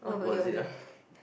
oh you were there